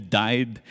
died